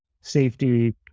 safety